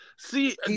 See